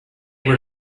were